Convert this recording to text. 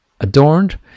adorned